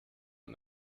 him